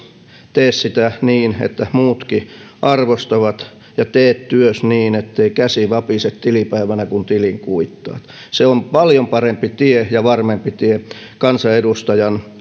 tee sitä niin että muutkin arvostavat ja tee työsi niin ettei käsi vapise tilipäivänä kun tilin kuittaat se on paljon parempi tie ja varmempi tie kansanedustajan